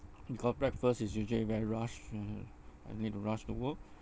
because breakfast is usually very rush uh I need to rush to work